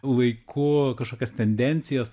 laiku kažkokias tendencijas